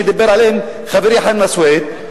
שדיבר עליהם חברי חנא סוייד,